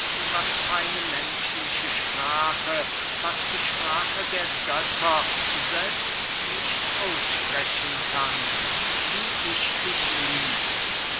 was keine menschliche sprache was die sprache der götter selbst nicht aussprechen kann wie ich dich liebe